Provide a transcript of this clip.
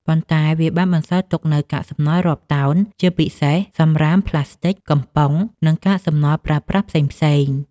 ប៉ុន្តែវាបានបន្សល់ទុកនូវកាកសំណល់រាប់តោន ជាពិសេសសម្រាមផ្លាស្ទិក កំប៉ុង និងកាកសំណល់ប្រើប្រាស់ផ្សេងៗ។